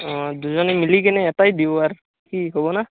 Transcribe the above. অ' দুজনে মিলি কেনে এটাই দিওঁ আৰ কি হ'বনে